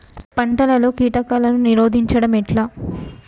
పంటలలో కీటకాలను నిరోధించడం ఎట్లా?